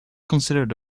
considered